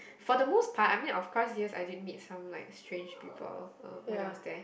for the most part I mean of course yes I did meet some like strange people uh when I was there